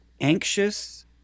anxious